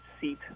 seat